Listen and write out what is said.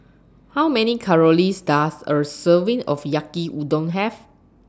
How Many Calories Does A Serving of Yaki Udon Have